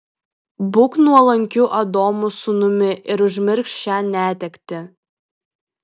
būk nuolankiu adomo sūnumi ir užmiršk šią netektį